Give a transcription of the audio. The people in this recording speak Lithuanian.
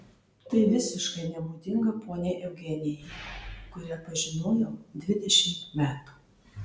tai visiškai nebūdinga poniai eugenijai kurią pažinojau dvidešimt metų